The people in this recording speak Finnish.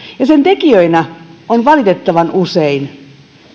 ja sen tekijänä on valitettavan usein